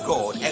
God